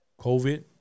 COVID